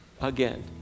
again